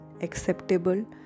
acceptable